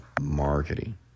marketing